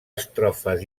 estrofes